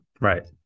Right